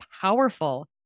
powerful